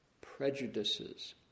prejudices